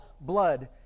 blood